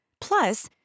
Plus